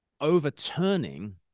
overturning